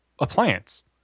appliance